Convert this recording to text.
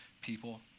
people